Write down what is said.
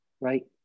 right